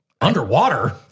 Underwater